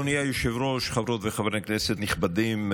אדוני היושב-ראש, חברות וחברי כנסת נכבדים,